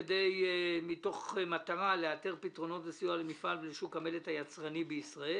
"מתוך מטרה לאתר פתרונות וסיוע למפעל בשוק המלט היצרני בישראל,